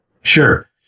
Sure